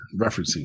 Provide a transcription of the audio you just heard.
referencing